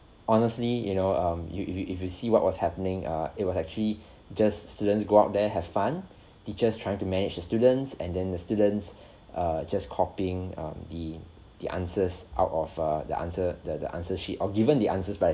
honestly you know um you you if you if you see what was happening err it was actually just students go out there have fun teachers trying to manage their students and then the students err just copying err the the answers out of err the answer the the answer sheet or given the answers by